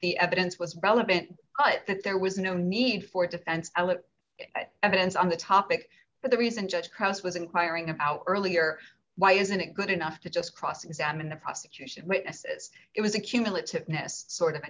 the evidence was relevant but that there was no need for defense evidence on the topic but the reason judge cross was inquiring about earlier why isn't it good enough to just cross examine the prosecution witnesses it was a cumulative nest sort of